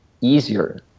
easier